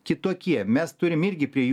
kitokie mes turim irgi prie jų